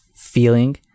feeling